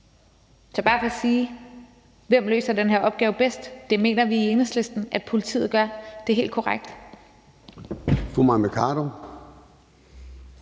er bare for at sige: Hvem løser den her opgave bedst? Det mener vi i Enhedslisten er politiet gør; det er helt korrekt. Kl.